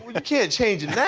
can't change it